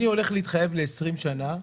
אני הולך להתחייב ל-20 שנה,